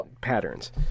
patterns